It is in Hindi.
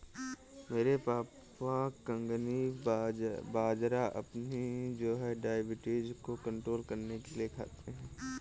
मेरे पापा कंगनी बाजरा अपनी डायबिटीज को कंट्रोल करने के लिए खाते हैं